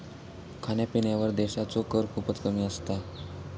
खाण्यापिण्यावर देशाचो कर खूपच कमी असता